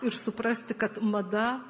ir suprasti kad mada